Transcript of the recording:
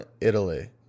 Italy